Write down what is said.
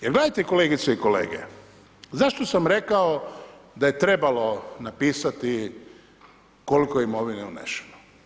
Jer gledajte kolegice i kolege, zašto sam rekao da je trebalo napisati koliko imovine je unešeno.